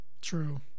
True